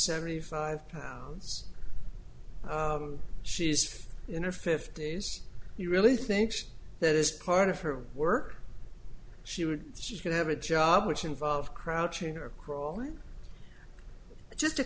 seventy five pounds she's in her fifty's you really think that is part of her work she would she could have a job which involved crouching or crawling just to